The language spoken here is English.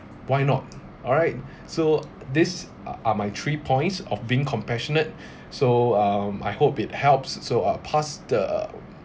why not alright so these are are my three points of being compassionate so um I hope it helps so I'll pass the